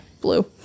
blue